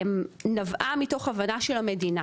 נבעה מתוך הבנה של המדינה,